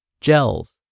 gels